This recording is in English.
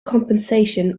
compensation